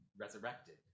resurrected